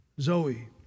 Zoe